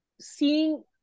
seeing